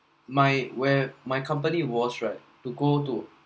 my where my company was right to go to